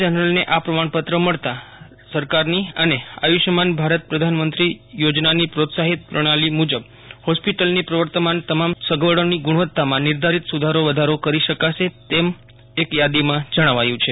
જનરલને આ પ્રમાણપ ત્ર મળતા સરકારની અને આયુષ્યમાન ભારત પ્રધાનમંત્રી યોજનાની પ્રોત્સાહિત પ્રણાલી મુજબ હોસ્પિટલની પ્રવર્તમાન તમામ સગવડોની ગુણવત્તામાં નિર્ધારિત સુધારો વધારો કરી શકાશે તેમ એક યાદીમાં જણાવાયું છે